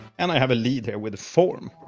and i have a lead here with form.